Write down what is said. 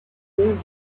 bears